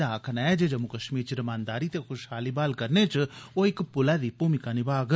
दा आक्खना ऐ जे जम्मू कष्मीर च रमानदारी ते खुषहाली बहाल करने च ओह इक पुलै दी भूमिका निभाग